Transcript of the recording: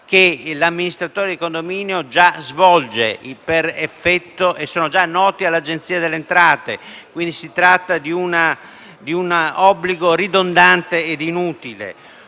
che l'amministratore di condominio già svolge e sono già noti all'Agenzia delle entrate, per cui si tratta di un obbligo ridondante e inutile.